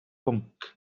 bwnc